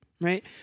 right